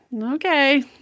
okay